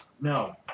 No